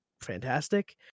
fantastic